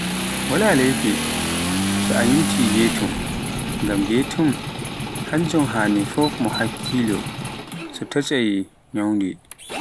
Wala leifi, so numti getum, ngam getum hannjum haani fuf mo hakkilo so taccai ñaawde